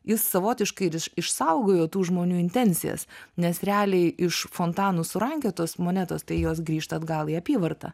jis savotiškai išsaugojo tų žmonių intencijas nes realiai iš fontanų surankiotos monetos tai jos grįžta atgal į apyvartą